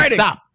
stop